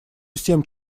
всем